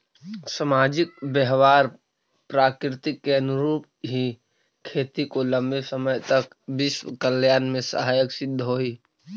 सामाजिक व्यवहार प्रकृति के अनुरूप ही खेती को लंबे समय तक विश्व कल्याण में सहायक सिद्ध होई